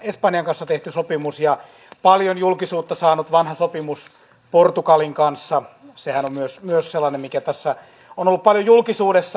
espanjan kanssa tehty sopimus ja paljon julkisuutta saanut vanha sopimus portugalin kanssa sehän on myös sellainen mikä tässä on ollut paljon julkisuudessa